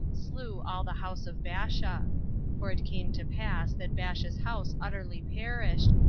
slew all the house of baasha for it came to pass that baasha's house utterly perished,